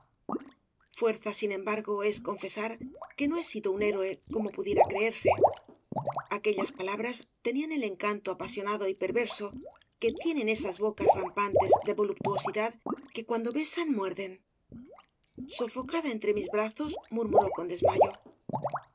obras de válle inclan embargo es confesar que no he sido un héroe como pudiera creerse aquellas palabras tenían el encanto apasionado y perverso que tienen esas bocas rampantes de voluptuosidad que cuando besan muerden sofocada entre mis brazos murmuró con desmayo